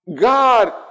God